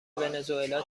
ونزوئلا